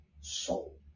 soul